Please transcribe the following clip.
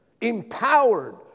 empowered